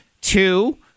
two